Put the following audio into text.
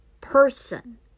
person